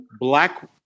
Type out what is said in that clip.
black